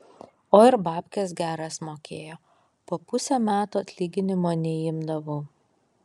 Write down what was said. o ir babkes geras mokėjo po pusę metų atlyginimo neimdavau